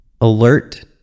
alert